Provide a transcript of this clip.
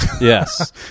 Yes